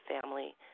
family